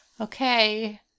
Okay